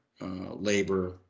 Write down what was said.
labor